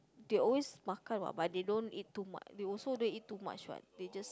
they always makan [what] but they don't eat too m~ they also don't eat too much [what] they just